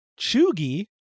Chugi